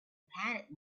planet